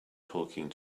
talking